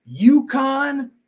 UConn